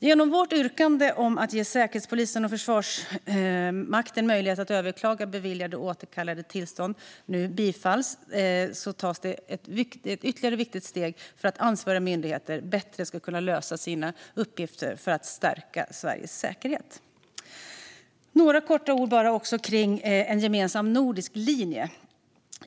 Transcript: Genom vårt yrkande om att ge Säkerhetspolisen och Försvarsmakten möjlighet att överklaga beviljade eller återkallande av tillstånd nu bifalls tas ytterligare ett viktigt steg mot att ansvariga myndigheter bättre ska kunna lösa sina uppgifter för att stärka Sveriges säkerhet. Jag ska kort säga några ord om en gemensam nordisk linje.